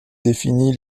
définit